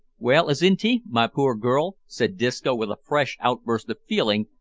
well, azinte, my poor girl, said disco, with a fresh outburst of feeling,